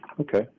Okay